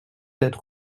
être